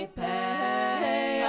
pay